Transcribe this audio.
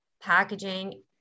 packaging